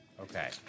Okay